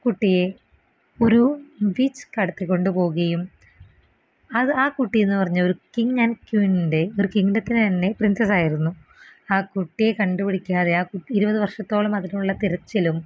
കുട്ടിയെ ഒരു വിച്ച് കടത്തിക്കൊണ്ടു പോകുകയും അത് ആ കുട്ടീന്ന് പറഞ്ഞ ഒരു കിങ് ആൻ ക്വീൻ്റെ ഒരു കിങ്ഡത്തിൻ്റെ തന്നെ പ്രിൻസസായിരുന്നു ആ കുട്ടിയെ കണ്ടു പിടിക്കാതെ ഇരുപത് വർഷത്തോളം അതിനുള്ള തിരച്ചിലും